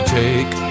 take